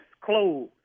clothes